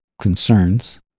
concerns